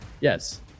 yes